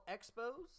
Expos